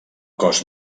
cos